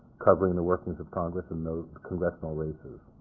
covering the workings of congress in the congressional races.